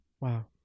Wow